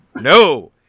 No